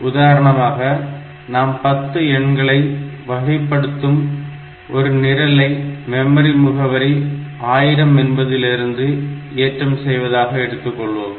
உதாரணமாக நாம் 10 எண்களை வகைப்படுத்தும் ஒரு நிரலை மெமரி முகவரி 1000 என்பதிலிருந்து ஏற்றம் செய்வதாக வைத்துக்கொள்வோம்